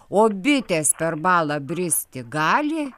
o bitės per balą bristi gali